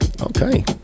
Okay